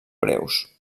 breus